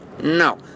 No